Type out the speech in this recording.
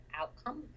outcome